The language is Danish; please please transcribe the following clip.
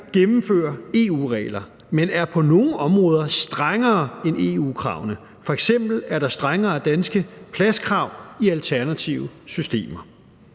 gennemfører EU-regler, men er på nogle områder strengere end EU-kravene, f.eks. er der strengere danske pladskrav i alternative systemer.